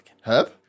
Herb